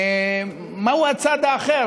מהו הצד האחר?